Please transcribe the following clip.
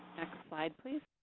next slide, please.